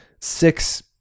six